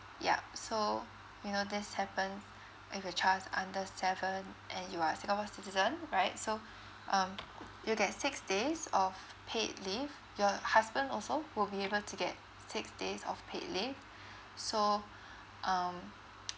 yup so you know this happens if your child's under seven and you are singapore citizen right so um you'll get six days of paid leave your husband also will be able to get six days of paid leave so um